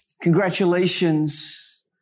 congratulations